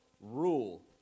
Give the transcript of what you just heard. rule